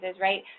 right